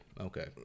Okay